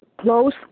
close